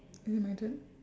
is it my turn